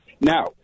Now